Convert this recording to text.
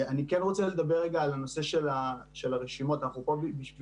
אני כן רוצה לדבר רגע על נושא הרשימות יש